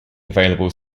available